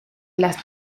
las